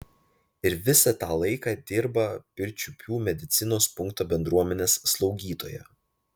ir visą tą laiką dirba pirčiupių medicinos punkto bendruomenės slaugytoja